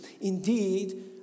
Indeed